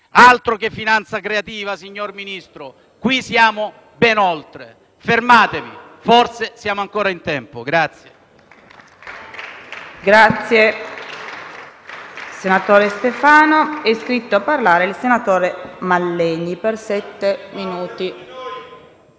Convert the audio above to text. Altro che finanza creativa, signor Ministro, qui siamo ben oltre! Fermatevi, forse siamo ancora in tempo.